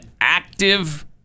active